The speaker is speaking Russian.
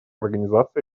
организации